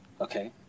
Okay